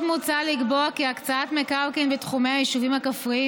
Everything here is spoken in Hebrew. עוד מוצע לקבוע כי הקצאת מקרקעין בתחומי היישובים הכפריים